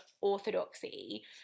orthodoxy